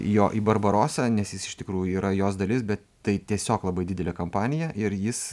jo į barbarosą nes jis iš tikrųjų yra jos dalis bet tai tiesiog labai didelė kampanija ir jis